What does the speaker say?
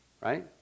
right